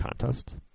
contest